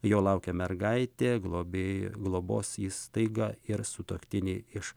jo laukia mergaitė globėjai globos įstaiga ir sutuoktiniai iš